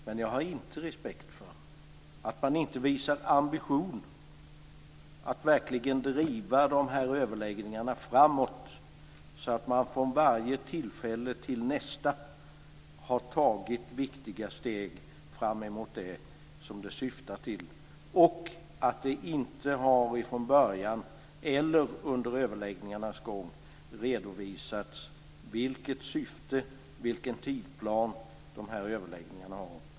Men jag har inte respekt för att man inte visar ambition att verkligen driva överläggningarna framåt så att man från varje tillfälle till nästa tar viktiga steg fram mot det som överläggningarna syftar till. Det har inte heller från början eller under överläggningarnas gång redovisats vilket syfte och vilken tidsplan dessa överläggningarna har.